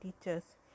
teachers